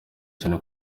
cyane